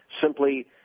simply